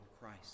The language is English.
Christ